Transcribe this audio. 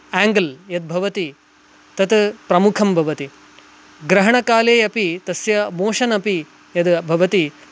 आङ्गल् यद्भवति तत् प्रमुखं भवति ग्रहणकाले अपि तस्य मोशन् अपि यद्भवति